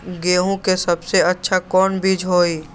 गेंहू के सबसे अच्छा कौन बीज होई?